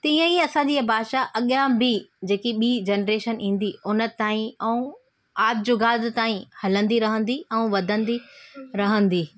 तीअंई असांजी हीअ भाषा अॻियां बि जेकी ॿीं जनरेशन ईंदी उनताईं ऐं आदि जुगादि ताईं हलंदी रहंदी ऐं वधंदी रहंदी